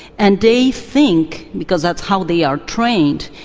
and they think, because that's how they are trained,